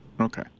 Okay